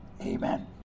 Amen